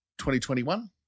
2021